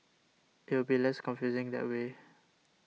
it will be less confusing that way